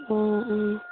ꯑꯣ ꯑꯣ